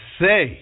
say